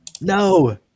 No